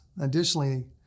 Additionally